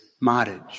marriage